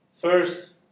first